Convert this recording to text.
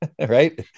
right